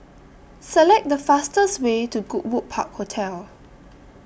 Select The fastest Way to Goodwood Park Hotel